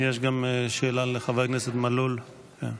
גם לחבר הכנסת מלול יש שאלה, כן.